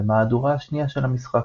במהדורה השנייה של המשחק.